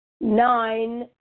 Nine